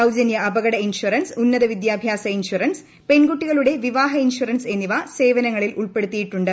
സൌജന്യ അപകട ഇൻഷുറൻസ് ഉന്നതൃ വിദ്യർഭ്യാസ ഇൻഷുറൻസ് പെൺകുട്ടി കളുടെ വിവാഹ ്യജ്ജൻഷുറൻസ് എന്നിവ സേവനങ്ങളിൽ ഉൾപ്പെടുത്തിയിട്ടുണ്ട്